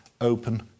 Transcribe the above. open